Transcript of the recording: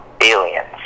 aliens